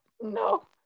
No